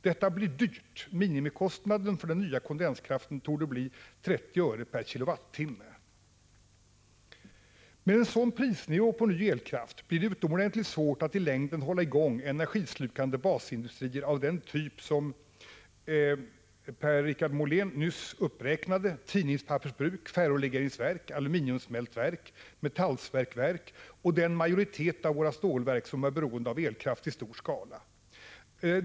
Detta blir dyrt — minimikostnaden för den nya kondenskraften torde bli 30 öre per kilowattimme. Med en sådan prisnivå på ny elkraft blir det utomordentligt svårt att i längden hålla i gång energislukande basindustrier av den typ som Per-Richard Molén nyss räknade upp: tidningspappersbruk, ferrolegeringsverk, aluminiumsmältverk, metallsmältverk och den majoritet av våra stålverk som är beroende av elkraft i stor skala.